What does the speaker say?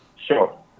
Sure